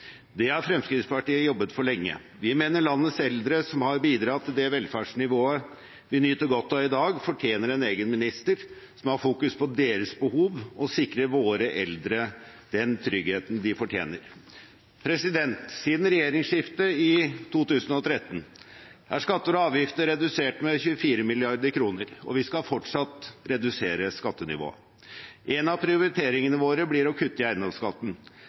Det har Fremskrittspartiet jobbet for lenge. Vi mener landets eldre, som har bidratt til det velferdsnivået vi nyter godt av i dag, fortjener en egen minister som har fokus på deres behov og sikrer våre eldre den tryggheten de fortjener. Siden regjeringsskiftet i 2013 er skatter og avgifter redusert med 24 mrd. kr, og vi skal fortsatt redusere skattenivået. En av prioriteringene våre blir å kutte i eiendomsskatten.